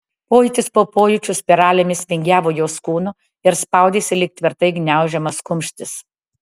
pojūtis po pojūčio spiralėmis vingiavo jos kūnu ir spaudėsi lyg tvirtai gniaužiamas kumštis